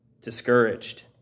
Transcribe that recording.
discouraged